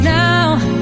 now